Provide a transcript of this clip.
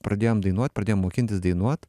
pradėjom dainuot pradėjom mokintis dainuot